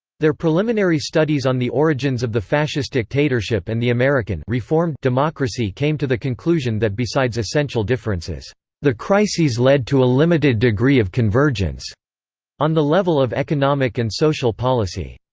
their preliminary studies on the origins of the fascist dictatorships and the american democracy came to the conclusion that besides essential differences the crises led to a limited degree of convergence on the level of economic and social policy.